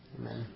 amen